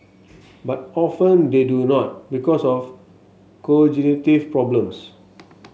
but often they do not because of problems